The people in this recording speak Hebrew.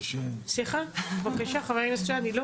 סליחה בבקשה חבר הכנסת סעדי.